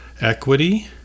equity